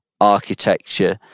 architecture